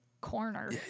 corner